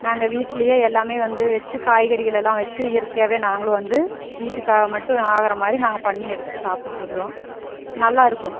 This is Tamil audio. நாங்கள் வீட்டிலயே எல்லாம் வந்து வெச்சு காய்கறிகள் எல்லாம் வெச்சு இயற்கையாகவே நாங்களும் வந்து வீட்டுக்காக மட்டும் ஆகிற மாதிரி நாங்கள் பண்ணி எடுத்து சாப்பிட்டுக்குறோம் நல்லாயிருக்கும்